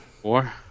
four